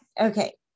Okay